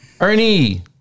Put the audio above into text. Ernie